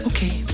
Okay